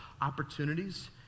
opportunities